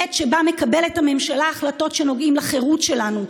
בעת שבה מקבלת הממשלה החלטות שנוגעות לחירות שלנו,